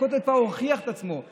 הכותל כבר הוכיח את עצמו,